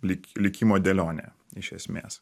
likimo dėlionė iš esmės